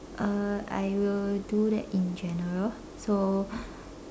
uh I will do that in general so